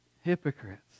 hypocrites